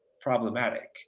problematic